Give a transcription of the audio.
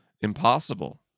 impossible